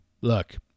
look